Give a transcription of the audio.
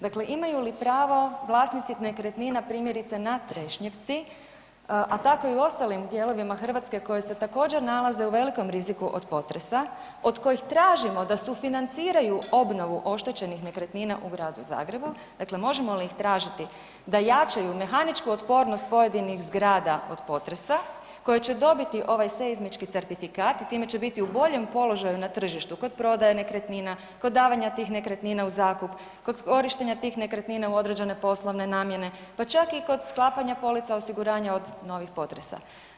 Dakle imaju li pravo vlasnici nekretnina primjerice na Trešnjevci a tako i u ostalim dijelovima Hrvatske koji se također nalaze u velikom riziku od potresa, od kojih tražimo da sufinanciraju obnovu oštećenih nekretnina u gradu Zagrebu, dakle možemo li ih tražiti da jačaju mehaničku otpornost pojedinih zgrada od potresa koje će dobiti ovaj seizmički certifikat i time će biti u boljem položaju na tržištu, kod prodaje nekretnina, kod davanja tih nekretnina u zakup, kod korištenja tih nekretnina u određene poslovne namjene pa čak i kod sklapanja polica osiguranja od novih potresa.